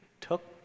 took